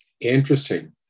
Interesting